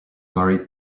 married